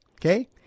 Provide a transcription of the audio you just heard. Okay